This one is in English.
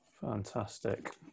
Fantastic